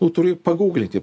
tu turi paguglinti